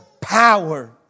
power